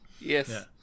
Yes